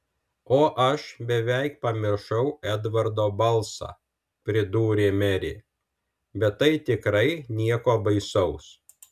o aš beveik pamiršau edvardo balsą pridūrė merė bet tai tikrai nieko baisaus